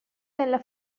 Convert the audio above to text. della